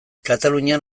katalunian